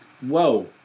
Whoa